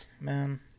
man